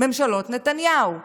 ממשלות נתניהו.